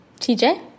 TJ